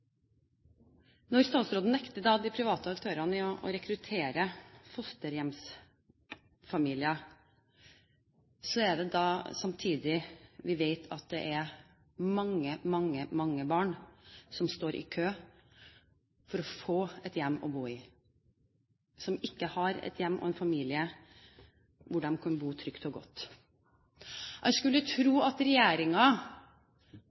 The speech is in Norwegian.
Statsråden nekter de private aktørene å rekruttere fosterhjemsfamilier; samtidig vet vi at det er mange, mange barn som står i kø for å få et hjem å bo i, som ikke har et hjem og en familie hvor de kan bo trygt og godt. En skulle